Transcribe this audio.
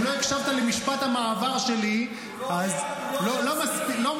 אם לא הקשבת למשפט המעבר שלי ------ לא מספיק.